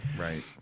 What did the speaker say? Right